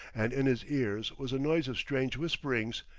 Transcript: and in his ears was a noise of strange whisperings,